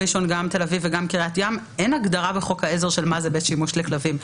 ראשון לציון וקריית ים אין הגדרה בחוק העזר לבית שימוש לכלבים.